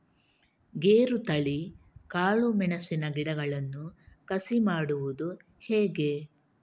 ಗೇರುತಳಿ, ಕಾಳು ಮೆಣಸಿನ ಗಿಡಗಳನ್ನು ಕಸಿ ಮಾಡುವುದು ಹೇಗೆ?